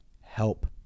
help